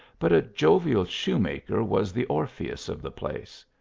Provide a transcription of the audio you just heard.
but a jovial shoemaker was the orpjieus of the place.